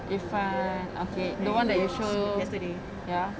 irfan okay the one that you showed ya